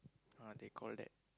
what they call that